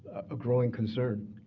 a growing concern.